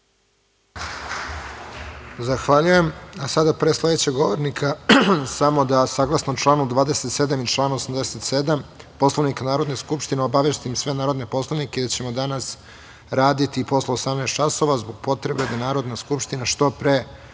Zahvaljujem. Sada, pre sledećeg govornika samo da saglasno članu 27. i članu 87. Poslovnika Narodne skupštine obavestim sve narodne poslanike da ćemo danas raditi i posle 18,00 časova, zbog potrebe da Narodna skupština što pre